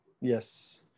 yes